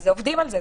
עובדים על זה.